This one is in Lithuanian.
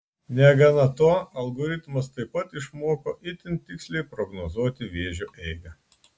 negana to algoritmas taip pat išmoko itin tiksliai prognozuoti vėžio eigą